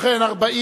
אדטו.